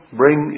bring